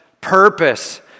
purpose